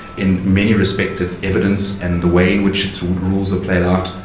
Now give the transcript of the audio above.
in many respects its evidence and the way in which its rules are played out,